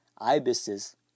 ibises